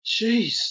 Jeez